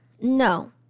No